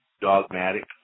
dogmatic